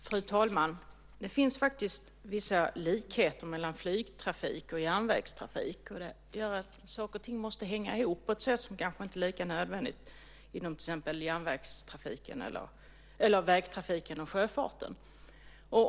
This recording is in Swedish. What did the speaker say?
Fru talman! Det finns faktiskt vissa likheter mellan flygtrafik och järnvägstrafik. Det gör att saker och ting måste hänga ihop på ett sätt som kanske inte är lika nödvändigt inom till exempel vägtrafiken och sjöfarten.